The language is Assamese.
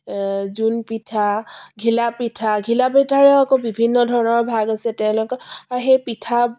জোনপিঠা ঘিলাপিঠা ঘিলাপিঠাৰে আকৌ বিভিন্ন ধৰণৰ ভাগ আছে তেনেকুৱা সেই পিঠা